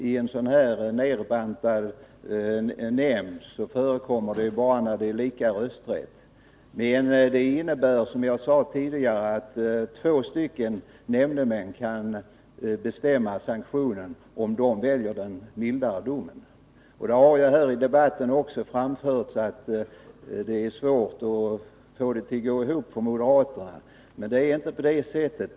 I en nedbantad nämnd kan det bara användas vid lika rösträtt. Det innebär, som jag sade tidigare, att två nämndemän kan bestämma sanktionen om de väljer den mildare domen. Det har i debatten också framförts att det skulle vara svårt för moderaterna att få det hela att gå ihop. Men det är inte på det sättet.